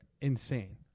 Insane